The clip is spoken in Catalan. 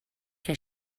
que